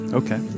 okay